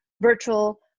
virtual